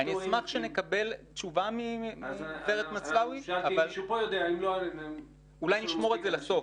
אני אשמח שנקבל תשובה מגברת מצלאוי אבל אולי נשמור את זה לסוף,